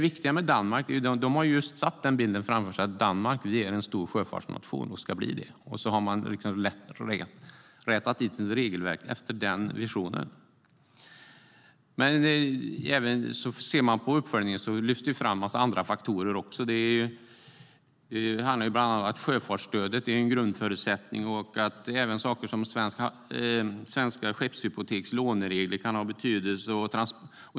I Danmark har man just satt bilden framför sig av att man är en stor sjöfartsnation och ska bli det, och så har man rättat sitt regelverk efter den visionen.I uppföljningen lyfter vi fram en massa andra faktorer också. Bland annat sjöfartsstödet är en grundförutsättning. Även sådant som Svenska Skeppshypoteks låneregler kan ha betydelse.